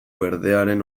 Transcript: berdearen